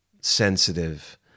sensitive